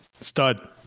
Stud